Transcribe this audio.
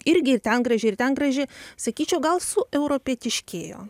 irgi ir ten graži ir ten graži sakyčiau gal sueuropietiškėjo